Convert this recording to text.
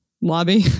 lobby